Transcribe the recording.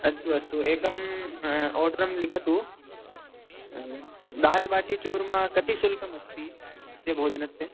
अस्तु अस्तु एकम् आर्डरं लिखतु दाल् बाटि चूर्मा कति शुल्कमस्ति अस्य भोजनस्य